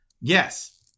yes